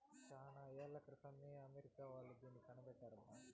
చానా ఏళ్ల క్రితమే అమెరికా వాళ్ళు దీన్ని కనిపెట్టారబ్బా